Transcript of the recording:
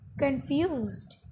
confused